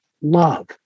love